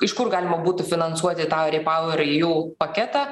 iš kur galima būtų finansuoti tą ripauer iju paketą